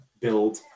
build